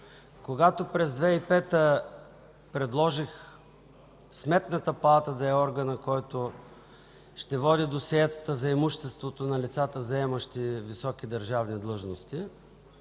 Когато през 2005 г. предложих Сметната палата да е органът, който ще води досиетата за имуществото на лицата, заемащи високи държавни длъжности,